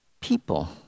People